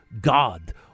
God